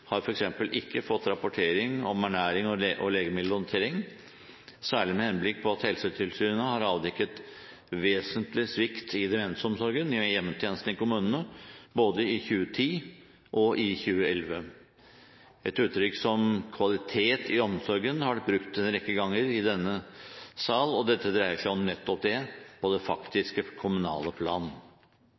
har f.eks. ikke fått rapportering om ernæring og legemiddelhåndtering, særlig med henblikk på at Helsetilsynet har avdekket vesentlig svikt i demensomsorgen i hjemmetjenesten i kommunene i både 2010 og 2011. Et uttrykk som «kvalitet i omsorgen» har vært brukt en rekke ganger i denne sal, og dette dreier seg om nettopp det på det faktiske kommunale plan.